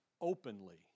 Openly